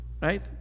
right